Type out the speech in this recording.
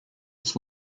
its